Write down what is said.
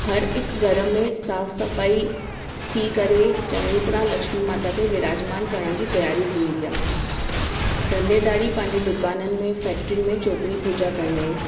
हर हिकु घर में साफ़ु सफ़ाई थी करे चङी तरह लक्ष्मी माता खे विराजमानु करण जी तियारी थींदी आहे धंदेधाड़ी पंहिंजे दुकाननि में फैक्ट्रियुनि में चोपड़ी पूॼा कंदा आहिनि